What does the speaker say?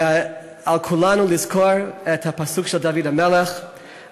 ועל כולנו לזכור את הפסוק של דוד המלך: